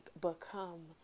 become